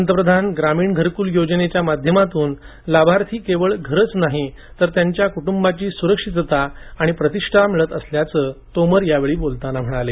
पंतप्रधान ग्रामीण घरकुल योजनेच्या माध्यमातून लाभार्थींना केवळ घरेच नाहीत तर त्यांच्या कुटुंबांची सुरक्षितता आणि प्रतिष्ठा मिळत असल्याचं तोमर म्हणाले